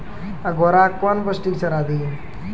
घोड़ा कौन पोस्टिक चारा दिए?